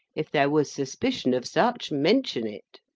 if there was suspicion of such mention it!